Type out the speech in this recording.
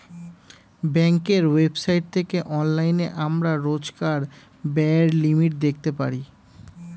ব্যাঙ্কের ওয়েবসাইট থেকে অনলাইনে আমরা রোজকার ব্যায়ের লিমিট দেখতে পারি